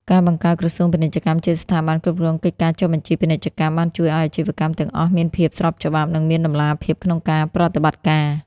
ការបង្កើតក្រសួងពាណិជ្ជកម្មជាស្ថាប័នគ្រប់គ្រងកិច្ចការចុះបញ្ជីពាណិជ្ជកម្ម បានជួយឱ្យអាជីវកម្មទាំងអស់មានភាពស្របច្បាប់ និងមានតម្លាភាពក្នុងការប្រតិបត្តិការ។